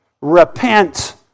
Repent